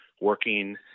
working